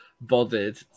bothered